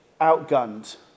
outgunned